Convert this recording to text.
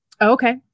Okay